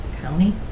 County